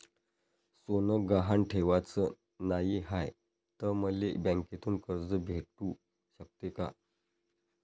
सोनं गहान ठेवाच नाही हाय, त मले बँकेतून कर्ज भेटू शकते का?